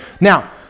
Now